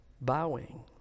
bowing